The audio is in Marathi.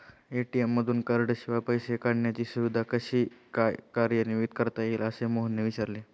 ए.टी.एम मधून कार्डशिवाय पैसे काढण्याची सुविधा कशी काय कार्यान्वित करता येईल, असे मोहनने विचारले